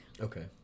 okay